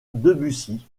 debussy